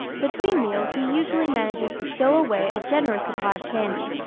between meals he usually manages to stow away a generous supply of candy,